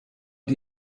die